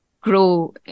grow